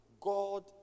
God